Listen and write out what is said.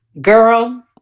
girl